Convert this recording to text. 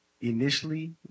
initially